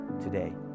today